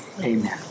Amen